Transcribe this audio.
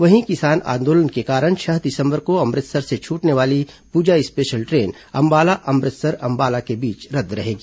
वहीं किसान आंदोलन के कारण छह दिसंबर को अमृतसर से छूटने वाली पूजा स्पेशल ट्रेन अंबाला अमृतसर अंबाला के बीच रद्द रहेगी